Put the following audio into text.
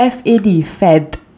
F_A_D fad